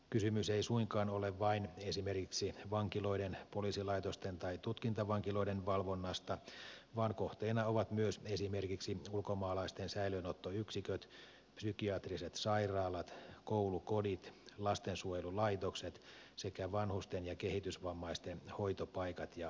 kysymys ei suinkaan ole vain esimerkiksi vankiloiden poliisilaitosten tai tutkintavankiloiden valvonnasta vaan kohteina ovat myös esimerkiksi ulkomaalaisten säilöönottoyksiköt psykiatriset sairaalat koulukodit lastensuojelulaitokset sekä vanhusten ja kehitysvammaisten hoitopaikat ja asumisyksiköt